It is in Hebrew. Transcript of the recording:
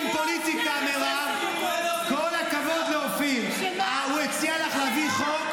הצעתי להם להביא חוק